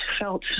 felt